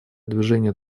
движение